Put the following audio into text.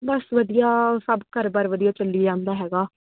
ਬਸ ਵਧੀਆ ਸਭ ਘਰ ਬਾਰ ਵਧੀਆ ਚੱਲੀ ਜਾਂਦਾ ਹੈਗਾ